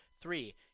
Three